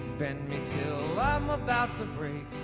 bend me till i'm about to break